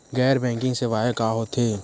गैर बैंकिंग सेवाएं का होथे?